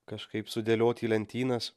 kažkaip sudėliot į lentynas